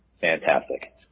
Fantastic